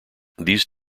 these